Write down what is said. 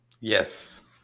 yes